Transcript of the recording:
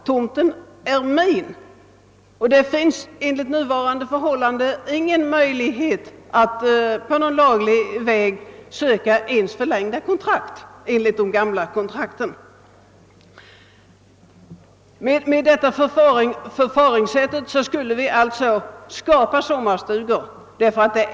»Tomten är min», kan han säga, och det finns i dag ingen möjlighet att på laglig väg få kontraktet förlängt. En stuga som försäljes på auktion betalas det inte mycket för, om stugan måste flyttas.